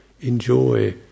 enjoy